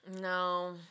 No